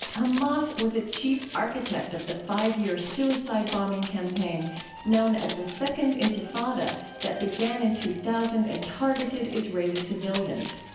hamas was a chief architect of the five-year suicide bombing campaign known as the second intifada that began in two thousand and targeted israeli civilians.